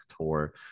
tour